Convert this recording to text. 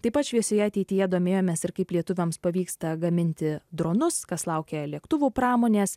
taip pat šviesioje ateityje domėjomės ir kaip lietuviams pavyksta gaminti dronus kas laukia lėktuvų pramonės